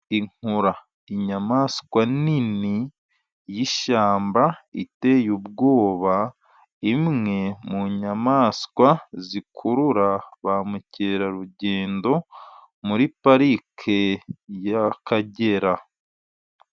Inkura inyamaswa nini y'ishyamba iteye ubwoba, imwe mu nyamaswa zikurura ba mukerarugendo muri parike y'akagera.